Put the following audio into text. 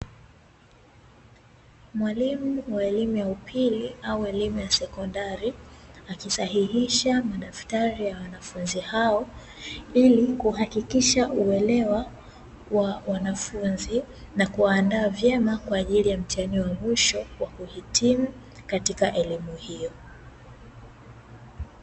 Mwalimu wa elimu ya upili au elim ya sekondari, akisahihisha madaftari ya wanafunzi hao, ili kuhakikisha uelewa wa wanafunzi na kuwaandaa vyema kwa ajili ya mtihani wa mwisho, wa kuhitimu katika elimu hiyo.